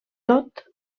tot